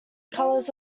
colours